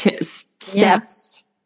steps